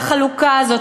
והחלוקה הזאת,